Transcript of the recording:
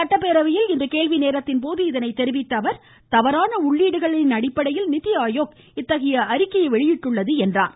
சட்டப்பேரவையில் இன்று கேள்வி நேரத்தில் இதை தெரிவித்த அவர் தவறான உள்ளீடுகள் அடிப்படையில் நித்தி ஆயோக் இத்தகைய அறிக்கையை வெளியிட்டள்ளது என்றும் கூறினார்